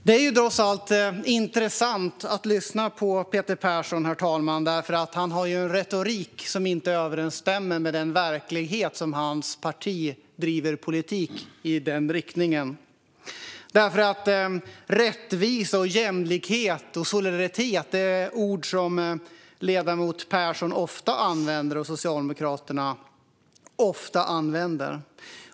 Det är trots allt intressant att lyssna på Peter Persson, herr talman, för han har en retorik som inte överensstämmer med den verklighet som hans parti driver politik i riktning mot. Rättvisa, jämlikhet och solidaritet är ord som ledamoten Persson och Socialdemokraterna ofta använder.